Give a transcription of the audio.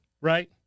right